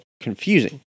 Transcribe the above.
confusing